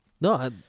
No